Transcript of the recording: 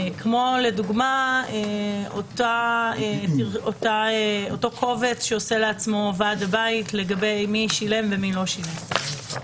כמו לדוגמה אותו קובץ שעושה לעצמו ועד הבית לגבי מי שילם ומי לא שילם.